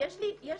יש לי אחוזים,